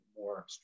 more